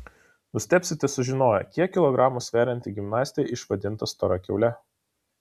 nustebsite sužinoję kiek kilogramų sverianti gimnastė išvadinta stora kiaule